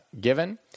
given